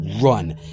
run